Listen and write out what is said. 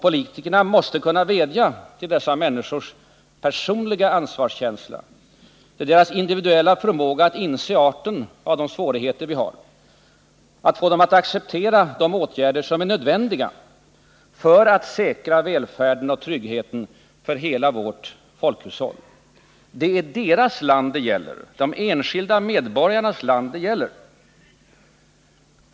Politikerna måste kunna vädja till dessa människors personliga ansvarskänsla, till deras individuella förmåga att inse arten av de svårigheter vi har, få dem att acceptera de åtgärder som är nödvändiga för att säkra välfärden och tryggheten för hela vårt folkhushåll. Det är deras land det gäller, de enskilda medborgarnas land.